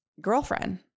girlfriend